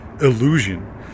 illusion